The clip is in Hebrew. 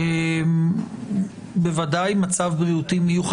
אם אנחנו מכריזים כאן על מצב בריאותי מיוחד,